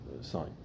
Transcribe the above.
sign